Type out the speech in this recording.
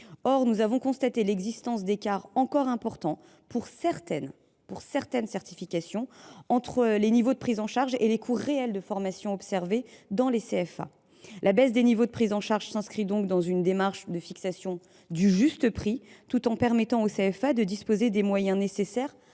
Or nous avons constaté l’existence d’écarts encore importants, pour certaines certifications, entre les niveaux de prise en charge et les coûts réels de formation observés dans les CFA. La baisse des niveaux de prise en charge s’inscrit donc dans une démarche de fixation du juste prix, tout en permettant aux CFA de disposer des moyens nécessaires